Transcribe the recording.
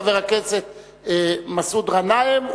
חבר הכנסת מסעוד גנאים,